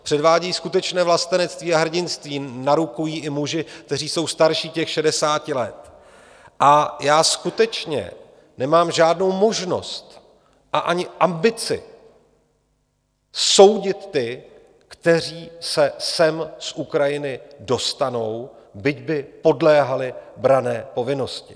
Předvádějí skutečné vlastenectví a hrdinství, narukují i muži, kteří jsou starší šedesáti let, a já skutečně nemám žádnou možnost a ani ambici soudit ty, kteří se sem z Ukrajiny dostanou, byť by podléhali branné povinnosti.